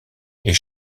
est